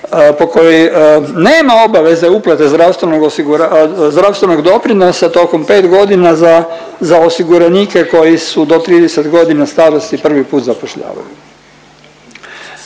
po kojoj nema obveze uplate zdravstvenog osigu… zdravstvenog doprinosa tokom 5 godina za osiguranike koji su do 30 godina starosti prvi put zapošljavaju.